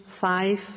five